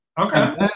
okay